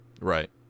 Right